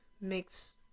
makes